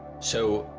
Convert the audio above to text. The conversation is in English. so,